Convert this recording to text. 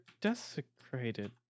desecrated